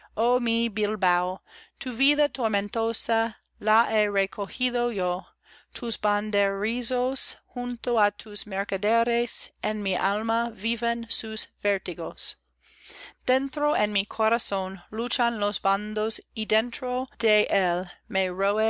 bilbao tu vida tormentosa la he recojido yo tus banderizos junto á tus mercaderes en mi alma viven sus vértigos dentro en mi corazón luchan los bandos y dentro